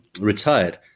retired